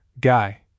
Guy